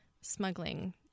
smuggling